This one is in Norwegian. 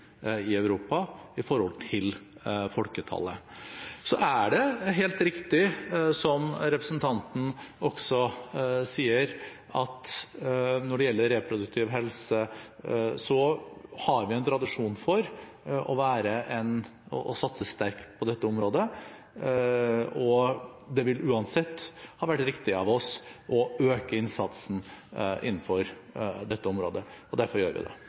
i Europa i forhold til folketallet. Så er det helt riktig, som representanten også sier, at når det gjelder reproduktiv helse, har vi en tradisjon for å satse sterkt på det området. Det ville uansett ha vært riktig av oss å øke innsatsen innenfor dette området, og derfor gjør vi det.